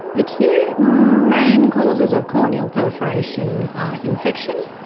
the two main causes of corneal perforation are infection,